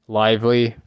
lively